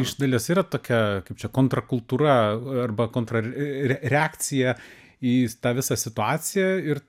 iš dalies yra tokia kaip čia kontra kultūra arba kontra r re reakcija į tą visą situaciją ir